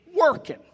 working